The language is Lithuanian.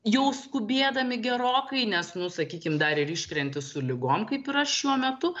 jau skubėdami gerokai nes nu sakykim dar ir iškrenti su ligom kaip yra šiuo metu